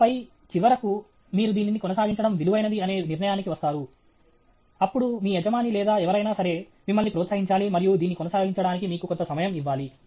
ఆపై చివరకు మీరు దీనిని కొనసాగించడం విలువైనది అనే నిర్ణయానికి వస్తారు అప్పుడు మీ యజమాని లేదా ఎవరైనా సరే మిమ్మల్ని ప్రోత్సహించాలి మరియు దీన్ని కొనసాగించడానికి మీకు కొంత సమయం ఇవ్వాలి